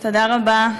תודה רבה.